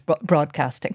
broadcasting